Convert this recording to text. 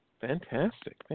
Fantastic